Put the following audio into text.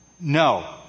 No